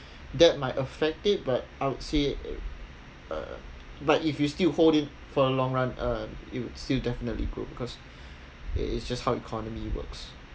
that might affect it but I would say uh but if you still hold it for a long run um it would still definitely grow because it it's just how economy works